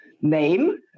name